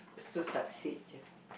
is to succeed je